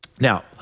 Now